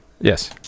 Yes